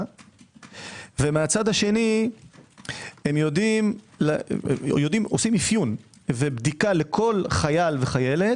ומהצד השני הם עושים אפיון ובדיקה לכל חייל וחיילת